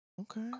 Okay